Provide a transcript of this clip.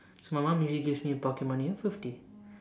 so my mom usually gives me a pocket money of fifty